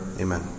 Amen